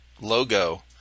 logo